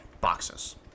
Boxes